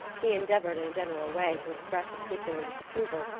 he endeavored, in a general way, to express a particular disapproval,